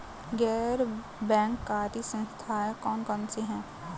गैर बैंककारी संस्थाएँ कौन कौन सी हैं?